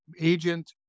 agent